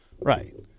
Right